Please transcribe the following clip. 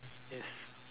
yes